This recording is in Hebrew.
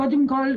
קודם כל,